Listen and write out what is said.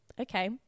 okay